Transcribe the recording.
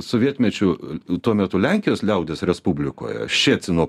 sovietmečiu tuo metu lenkijos liaudies respublikoje ščecino